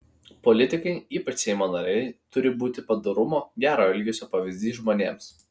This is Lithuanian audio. politikai ypač seimo nariai turi būti padorumo gero elgesio pavyzdys žmonėms